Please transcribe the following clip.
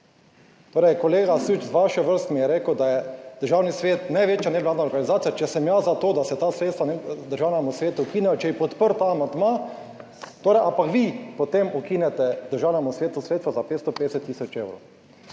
Torej, kolega Süč iz vaše vrste mi je rekel, da je Državni svet največja nevladna organizacija, če sem jaz za to, da se ta sredstva Državnemu svetu ukinejo, če je podprl ta amandma torej, ampak vi potem ukinete Državnemu svetu sredstva za 550 tisoč evrov